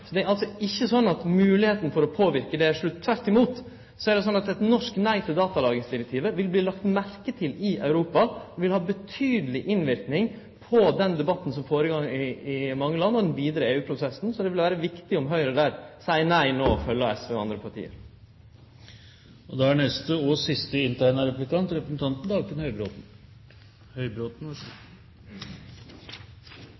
Det er altså ikkje sånn at moglegheita for å påverke er slutt. Tvert imot er det sånn at eit norsk nei til datalagringsdirektivet vil verte lagt merke til i Europa, det vil ha betydeleg innverknad på den debatten som går føre seg i mange land, og i den vidare EU-prosessen. Så det vil vere viktig om Høgre her seier nei no og følgjer SV og andre parti. Det er fristende å bemerke til den siste replikkvekslingen at det er